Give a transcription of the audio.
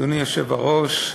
אדוני היושב-ראש,